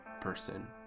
person